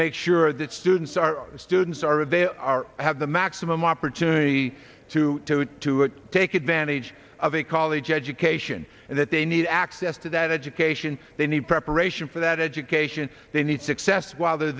make sure that students our students are if they are have the maximum opportunity to take advantage of a college education and that they need access to that education they need preparation for that education they need success while they